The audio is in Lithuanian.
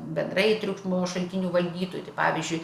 bendrai triukšmo šaltinių valdytojų tai pavyzdžiui